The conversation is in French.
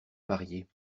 marier